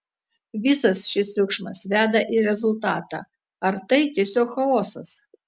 visas šis triukšmas veda į rezultatą ar tai tiesiog chaosas